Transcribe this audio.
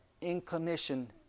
inclination